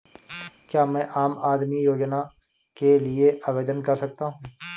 क्या मैं आम आदमी योजना के लिए आवेदन कर सकता हूँ?